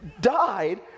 died